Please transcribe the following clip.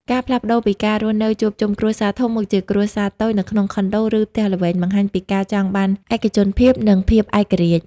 ការផ្លាស់ប្តូរពីការរស់នៅជួបជុំគ្រួសារធំ មកជាគ្រួសារតូច នៅក្នុងខុនដូ ឬផ្ទះល្វែង បង្ហាញពីការចង់បានឯកជនភាព និងភាពឯករាជ្យ។